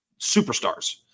superstars